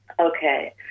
Okay